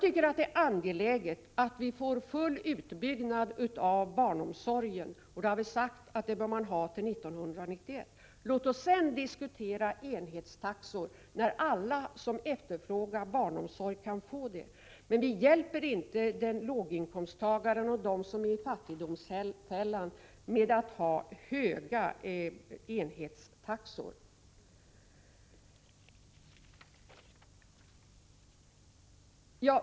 Det är angeläget att vi får full utbyggnad av barnomsorgen, och vi har sagt att vi bör ha det till år 1991. Låt oss sedan diskutera enhetstaxor, när alla som efterfrågar barnomsorg kan få det. Men höga enhetstaxor hjälper inte låginkomsttagaren och den som är i fattigdomsfällan.